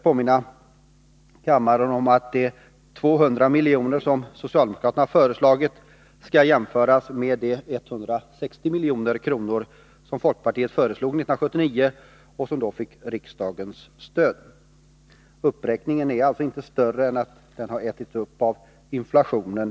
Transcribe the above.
få påminna kammaren om att de 200 milj.kr. som socialdemokraterna har föreslagit skall jämföras med de 160 milj.kr. som folkpartiet föreslog 1979 och som då fick riksdagens stöd. Uppräkningen är alltså inte större än att den har ätits upp av inflationen.